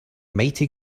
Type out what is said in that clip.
mighty